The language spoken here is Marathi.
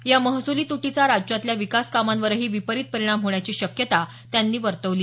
या महसुली तुटीचा राज्यातल्या विकास कामांवरही विपरित परिणाम होण्याची शक्यता त्यांनी वर्तवली